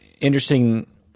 Interesting